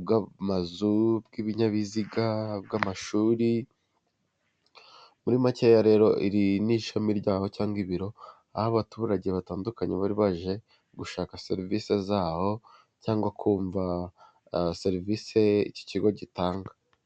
bw'amazu, bw'ibinyabiziga by'amashuri. Muri macye rero iri n'ishami ryaho cyangwa ibiro aho abaturage batandukanye bari baje gushaka serivisi zaho cyangwa kumva serivisi iki kigo gitanga.